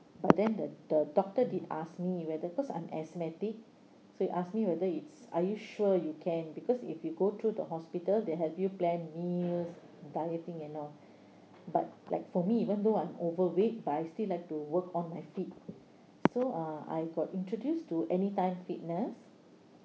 but then the the doctor did ask me whether cause I'm asthmatic so he asked me whether it's are you sure you can because if you go through the hospital they help you plan meals dieting and all but like for me even though I'm overweight but I still like to work on my feet so uh I got introduced to anytime fitness